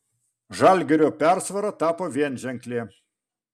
žalgirio persvara tapo vienženklė